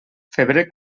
febrer